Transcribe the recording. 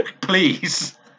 please